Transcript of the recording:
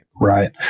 Right